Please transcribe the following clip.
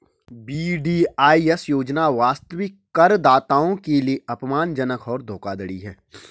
VDIS योजना वास्तविक करदाताओं के लिए अपमानजनक और धोखाधड़ी है